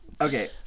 Okay